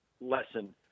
lesson